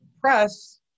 press